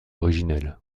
originelle